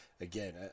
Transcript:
again